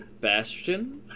Bastion